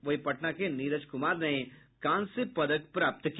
वहीं पटना के नीरज कुमार ने कांस्य पदक प्राप्त किया